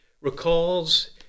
recalls